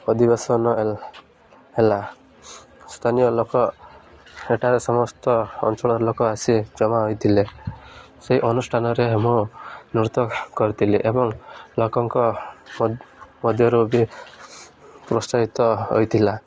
ଅଧିବାସନ ହେଲା ସ୍ଥାନୀୟ ଲୋକ ଏଠାରେ ସମସ୍ତ ଅଞ୍ଚଳର ଲୋକ ଆସି ଜମା ହୋଇଥିଲେ ସେଇ ଅନୁଷ୍ଠାନରେ ମୁଁ ନୃତ୍ୟ କରିଥିଲି ଏବଂ ଲୋକଙ୍କ ମଧ୍ୟରୁ ବି ପ୍ରୋତ୍ସାହିତ ହୋଇଥିଲା